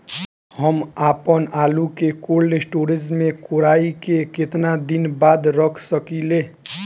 हम आपनआलू के कोल्ड स्टोरेज में कोराई के केतना दिन बाद रख साकिले?